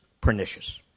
pernicious